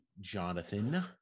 jonathan